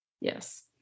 Yes